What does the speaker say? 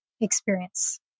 experience